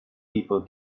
people